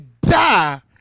die